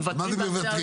מה זה מוותרים?